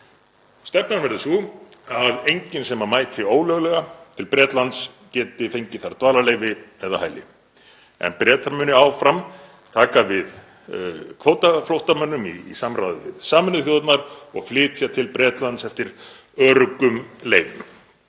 Stefnan verður sú að enginn sem mætir ólöglega til Bretlands geti fengið þar dvalarleyfi eða hæli en Bretar muni áfram taka við kvótaflóttamönnum í samráði við Sameinuðu þjóðirnar og flytja til Bretlands eftir öruggum leiðum.